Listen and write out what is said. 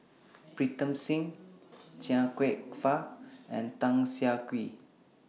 Pritam Singh Chia Kwek Fah and Tan Siah Kwee